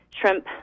shrimp